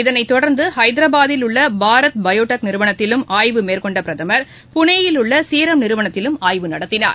இதனைத் தொடர்ந்துஹைதராபாத்தில் உள்ளபாரத் பயோடெக் நிறுவனத்திலும் ஆய்வு மேற்கொண்டபிரதமர் தற்போது புனேயில் உள்ளசீரம் நிறுவனத்தில் ஆய்வு நடத்தினார்